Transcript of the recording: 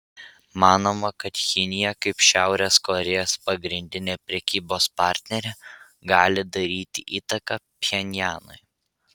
manoma kad kinija kaip šiaurės korėjos pagrindinė prekybos partnerė gali daryti įtaką pchenjanui